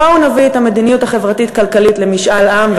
בואו נביא את המדיניות החברתית-כלכלית למשאל עם,